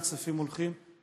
רצופה בכוונות טובות,